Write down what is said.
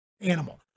animal